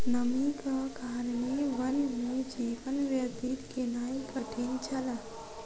नमीक कारणेँ वन में जीवन व्यतीत केनाई कठिन छल